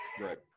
Right